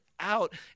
out